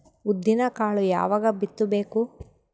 ಉದ್ದಿನಕಾಳು ಯಾವಾಗ ಬಿತ್ತು ಬೇಕು?